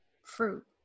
fruit